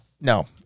no